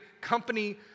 company